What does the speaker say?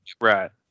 Right